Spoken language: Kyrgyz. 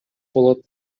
болот